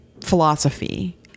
philosophy